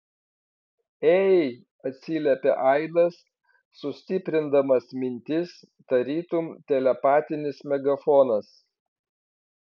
ei atsiliepė aidas sustiprindamas mintis tarytum telepatinis megafonas